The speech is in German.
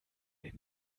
den